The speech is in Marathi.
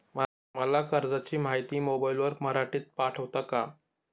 मला कर्जाची माहिती मोबाईलवर मराठीत पाठवता का?